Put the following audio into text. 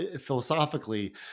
philosophically